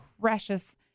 precious